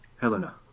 Helena